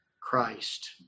Christ